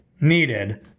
needed